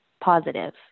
positive